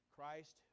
Christ